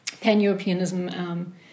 Pan-Europeanism